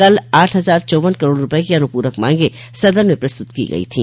कल आठ हजार चौवन करोड़ रूपये की अनुपूरक मांगें सदन में प्रस्तुत की गई थी